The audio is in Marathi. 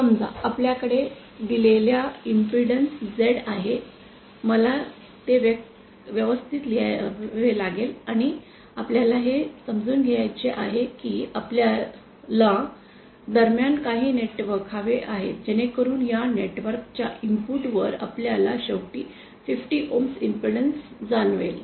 समजा आपल्याकडे दिलेले इम्पेडन्स Z आहे मला ते व्यवस्थित लिहावे लागल आणि आपल्याला हे समजून घ्यायचे आहे की आपल्याला दरम्यान काही नेटवर्क हवे आहे जेणेकरून या नेटवर्क च्या इनपुट वर आपल्याला शेवटी 50 ohms इम्पेडन्स जाणवेल